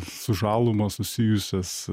su žaluma susijusias